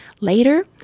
Later